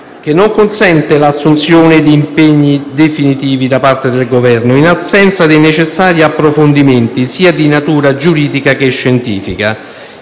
esse non consentono l'assunzione di impegni definitivi da parte del Governo, in assenza dei necessari approfondimenti sia di natura giuridica che scientifica,